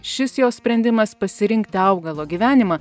šis jos sprendimas pasirinkti augalo gyvenimą